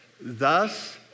thus